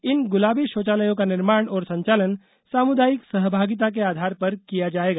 इन गुलाबी षौचालयों का निर्माण और संचालन सामुदायिक सहभागिता के आधार पर किया जाएगा